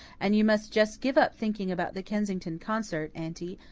and you must just give up thinking about the kensington concert, aunty,